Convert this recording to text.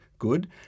good